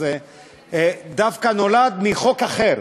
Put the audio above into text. הוא דווקא נולד מחוק אחר,